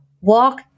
walk